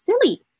silly